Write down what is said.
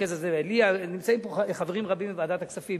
וליה, נמצאים פה חברים רבים מוועדת הכספים.